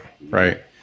right